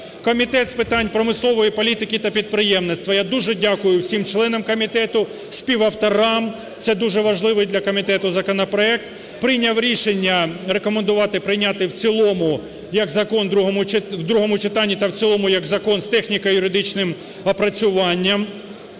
Комітет з питань промислової політики та підприємництва, я дуже дякую всім членам комітету, співавторам, це дуже важливий для комітету законопроект, прийняв рішення рекомендувати прийняти в цілому як закон… у другому читанні та в цілому як закон, з техніко-юридичним опрацюванням.